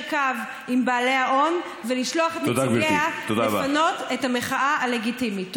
קו עם בעלי ההון ולשלוח את נציגיה לפנות את המחאה הלגיטימית.